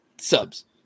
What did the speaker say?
subs